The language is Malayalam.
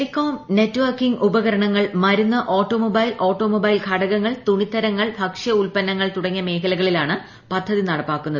ടെലികോം നെറ്റ് വർക്കിംഗ് ഉപകരണങ്ങൾ മരുന്ന് ഓട്ടോമൊബൈൽ ഓട്ടോമൊബൈൽ ഘടകങ്ങൾ തുണിത്തരങ്ങൾ ഭക്ഷ്യ ഉത്പന്നങ്ങൾ തുടങ്ങിയ മേഖലകളിലാണ് പദ്ധതി നടപ്പാക്കുന്നത്